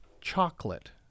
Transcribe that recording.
chocolate